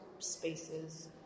spaces